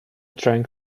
trying